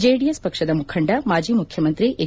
ಚೆಡಿಎಸ್ ಪಕ್ಷದ ಮುಖಂಡ ಮಾಜಿ ಮುಖ್ಯಮಂತ್ರಿ ಹೆಚ್